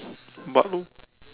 but low